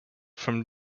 from